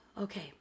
Okay